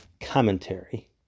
commentary